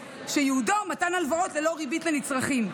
שייעודו מתן הלוואות ללא ריבית לנצרכים,